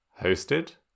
Hosted